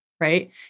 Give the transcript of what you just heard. right